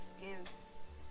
gives